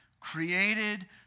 created